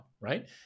right